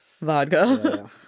vodka